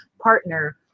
partner